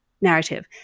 narrative